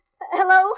Hello